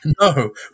No